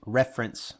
reference